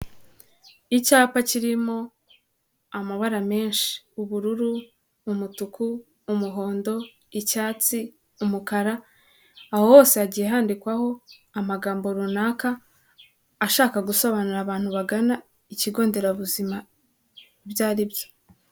Icyapa kirimo amabara menshi; ubururu, umutuku, umuhondo, icyatsi, umukara. Aho hose hagiye handikwaho amagambo runaka ashaka gusobanurira abantu bagana ikigo nderabuzima ibyo ari byo.